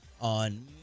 on